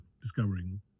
discovering